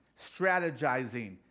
strategizing